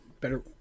Better